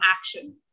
action